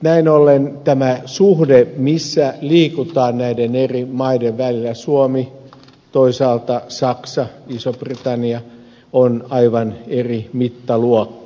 näin ollen tämä suhde missä liikutaan eri maiden välillä suomi toisaalta saksa iso britannia on aivan eri mittaluokkaa